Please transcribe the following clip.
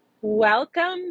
Welcome